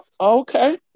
okay